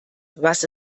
was